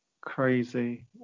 crazy